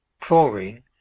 chlorine